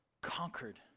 conquered